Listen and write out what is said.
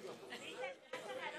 לכנסת (תיקון מס' 73)